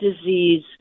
disease